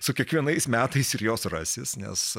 su kiekvienais metais ir jos rasis nes